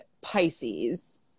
Pisces